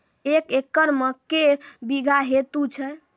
एक एकरऽ मे के बीघा हेतु छै?